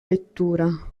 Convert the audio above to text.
lettura